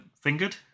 Fingered